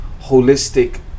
holistic